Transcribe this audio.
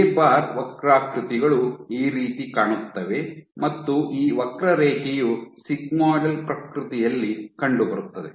A bar ವಕ್ರಾಕೃತಿಗಳು ಈ ರೀತಿ ಕಾಣುತ್ತವೆ ಮತ್ತು ಈ ವಕ್ರರೇಖೆಯು ಸಿಗ್ಮೋಯ್ಡಲ್ ಪ್ರಕೃತಿಯಲ್ಲಿ ಕಂಡುಬರುತ್ತದೆ